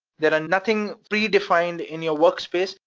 there are nothing predefined in your workspace.